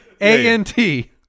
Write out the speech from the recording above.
A-N-T